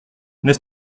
n’est